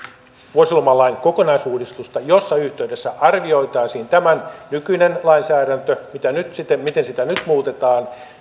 vuosilomalain kokonaisuudistusta jossa yhteydessä arvioitaisiin tämä nykyinen lainsäädäntö se miten sitä nyt muutetaan